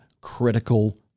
critical